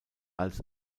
als